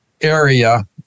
area